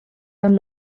aunc